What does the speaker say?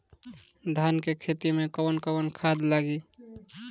धान के खेती में कवन कवन खाद लागी?